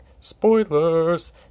spoilers